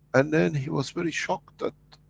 and then he was very shocked that,